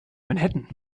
manhattan